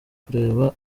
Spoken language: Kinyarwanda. kureba